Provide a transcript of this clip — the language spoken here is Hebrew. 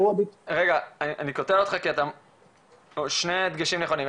רגע, אני קוטע אותך כי שני ההדגשים נכונים.